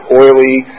oily